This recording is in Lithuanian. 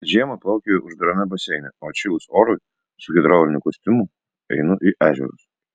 žiemą plaukioju uždarame baseine o atšilus orui su hidrauliniu kostiumu einu į ežerus